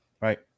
Right